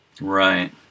Right